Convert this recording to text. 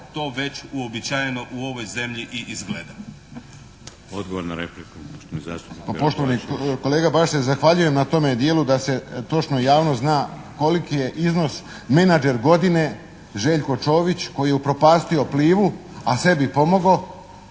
Zastupnik Pero Kovačević. **Kovačević, Pero (HSP)** Pa poštovani kolega, baš se zahvaljujem na tome dijelu da se, točno javnost zna koliki je iznos manager godine Željko Čović koji je upropastio Plivu, a sebi pomogao,